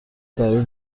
دریغ